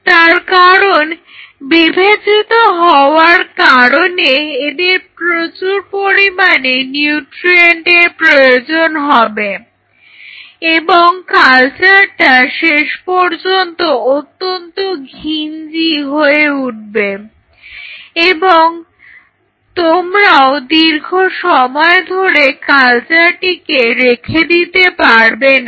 তার কারণ বিভাজিত হওয়ার কারণে এদের প্রচুর পরিমাণে নিউট্রিয়েন্টের প্রয়োজন হবে এবং কালচারটা শেষ পর্যন্ত অত্যন্ত ঘিঞ্জি হয়ে উঠবে এবং তোমরাও দীর্ঘ সময় ধরে কালচারটিকে রেখে দিতে পারবেনা